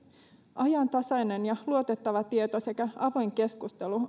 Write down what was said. ajantasainen ja luotettava tieto sekä avoin keskustelu